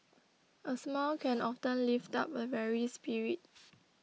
a smile can often lift up a weary spirit